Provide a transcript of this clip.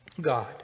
God